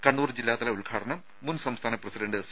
കണ്ണൂർ ജില്ലാതല ഉദ്ഘാടനം മുൻ സംസ്ഥാന പ്രസിഡന്റ് സി